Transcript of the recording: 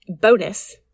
bonus